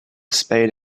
spade